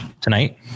Tonight